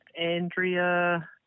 Andrea